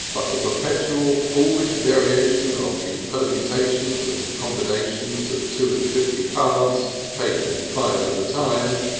but the perpetual foolish variation of the permutations and combinations of two and fifty cards taken five at a time,